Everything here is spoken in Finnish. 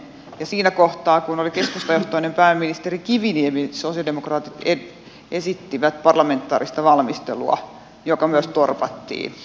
ja siinä kohtaa kun oli keskustajohtoinen pääministeri kiviniemi sosialidemokraatit esittivät parlamentaarista valmistelua joka myös torpattiin